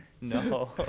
No